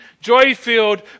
joy-filled